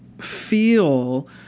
feel